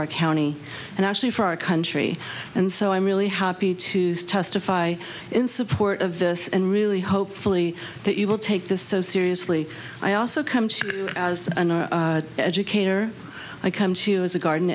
our county and actually for our country and so i am really happy to see if i in support of this and really hopefully that you will take this so seriously i also come to as an educator i come to as a garden